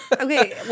Okay